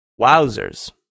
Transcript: Wowzers